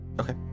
Okay